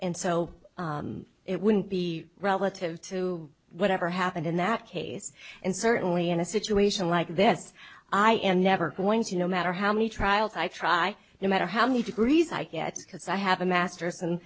and so it wouldn't be relative to whatever happened in that case and certainly in a situation like this i am never going to no matter how many trials i try no matter how many degrees i get because i have a masters